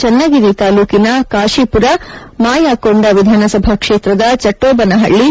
ಚನ್ತಗಿರಿ ತಾಲೂಕಿನ ಕಾಶಿಪುರ ಮಾಯಕೊಂಡ ವಿಧಾನಸಭಾ ಕ್ಷೇತ್ರದ ಚಟ್ಗೋಬನಹಳ್ಳಿ